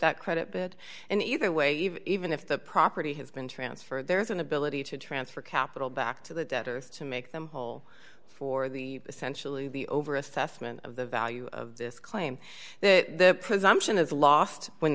that credit and either way even if the property has been transferred there is an ability to transfer capital back to the debtors to make them whole for the essentially the over assessment of the value of this claim that the presumption is lost when